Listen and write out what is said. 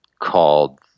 called